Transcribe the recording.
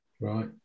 Right